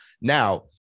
Now